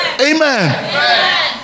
Amen